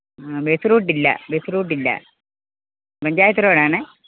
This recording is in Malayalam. ആ ബസ് റൂട്ടില്ല ബസ് റൂട്ടില്ല പഞ്ചായത്ത് റോഡാണ്